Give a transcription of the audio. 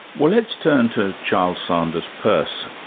well, let's turn to charles sanders peirce,